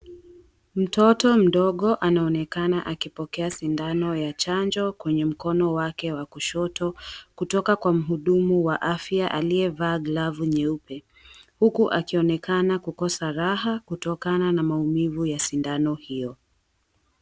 Mtoto mdogo anaonekana akipokea sindano ya chango kwenye mkono wake wa kushoto, kutoka kwa mhudumu wa afya aliyevaa glavu nyeupe. Huku akionekana kukosa raha kutokana na maumivu ya sindano hiyo.